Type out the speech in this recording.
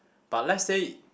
but let's say